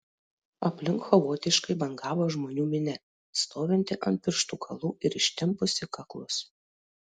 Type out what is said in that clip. aplink chaotiškai bangavo žmonių minia stovinti ant pirštų galų ir ištempusi kaklus